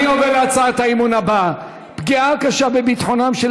אני עובר להצעת האי-אמון הבאה: פגיעה קשה בביטחונם של